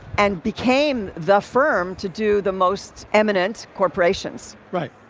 and became the firm to do the most eminent corporations right.